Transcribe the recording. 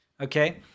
Okay